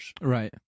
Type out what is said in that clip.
Right